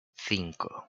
cinco